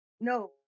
No